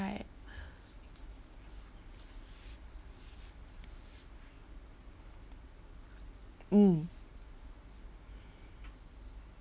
mm